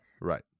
right